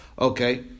Okay